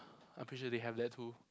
I'm pretty sure they have that too